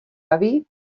avi